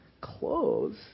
Clothes